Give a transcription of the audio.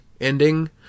ending